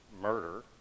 murder